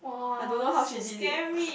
I don't know how she did it